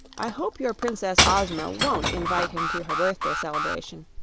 i hope your princess ozma won't invite him to her birthday celebration,